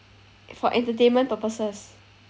for entertainment purposes